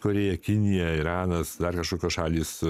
korėja kinija iranas dar kažkokios šalys